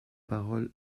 parole